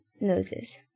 noses